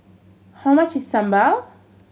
how much is sambal